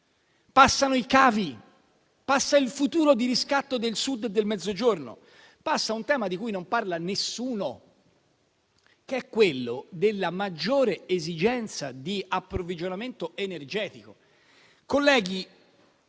Passano i cavi, passa il futuro di riscatto del Sud e del Mezzogiorno, passa un tema di cui non parla nessuno, che è quello della maggiore esigenza di approvvigionamento energetico.